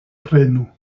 prenu